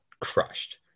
crushed